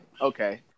Okay